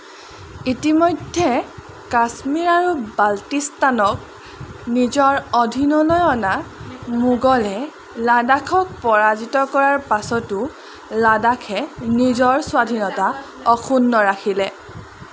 ইতিমধ্যে কাশ্মীৰ আৰু বাল্টিস্তানক নিজৰ অধীনলৈ অনা মোগলে লাডাখক পৰাজিত কৰাৰ পাছতো লাডাখে নিজৰ স্বাধীনতা অক্ষুণ্ণ ৰাখিলে